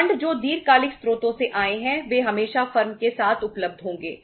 fund जो दीर्घकालिक स्रोतों से आए हैं वे हमेशा फर्म के साथ उपलब्ध होंगे